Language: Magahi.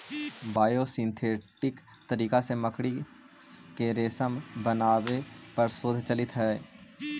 बायोसिंथेटिक तरीका से मकड़ी के रेशम बनावे पर शोध चलित हई